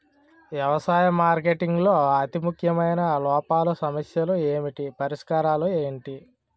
వ్యవసాయ మార్కెటింగ్ లో అతి ముఖ్యమైన లోపాలు సమస్యలు ఏమిటి పరిష్కారాలు ఏంటి?